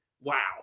Wow